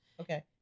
okay